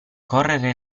correre